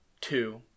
two